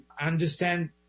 understand